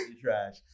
trash